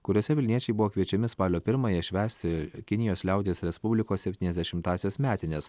kuriose vilniečiai buvo kviečiami spalio pirmąją švęsti kinijos liaudies respublikos septyniasdešimtąsias metines